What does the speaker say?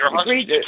agreed